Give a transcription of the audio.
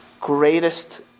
greatest